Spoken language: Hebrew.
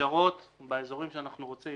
נשארות באיזורים שאנחנו רוצים.